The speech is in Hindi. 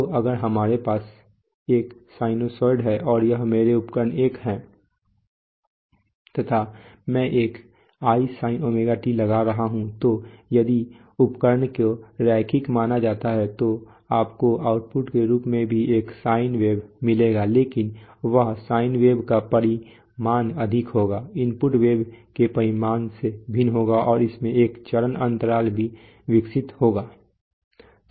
तो अगर हमारे पास एक साइनसॉइड है और यह मेरा उपकरण I है तथा मैं एक i sin ωt लगा रहा हूं तो यदि उपकरण को रैखिक माना जाता है तो आपको आउटपुट के रूप में भी एक साइन वेव मिलेगा लेकिन वह साइन वेव का परिमाण अधिक होगा इनपुट वेव के परिमाण से भिन्न होगा और इसमें एक चरण अंतराल भी विकसित होगा